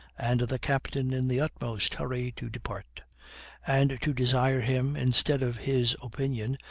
and the captain in the utmost hurry to depart and to desire him, instead of his opinion,